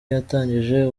yatangije